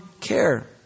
care